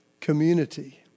community